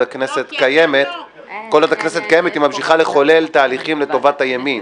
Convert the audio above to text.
הכנסת קיימת היא ממשיכה לחולל תהליכים לטובת הימין.